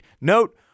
Note